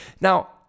Now